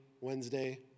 Wednesday